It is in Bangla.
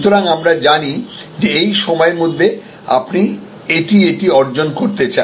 সুতরাং আমরা জানি যে এই সময়ের মধ্যে আপনি এটি এটি অর্জন করতে চান